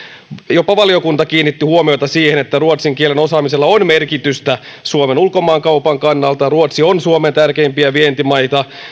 jopa valiokunta kiinnitti huomiota siihen että ruotsin kielen osaamisella on merkitystä suomen ulkomaankaupan kannalta ruotsi on suomen tärkeimpiä vientimaita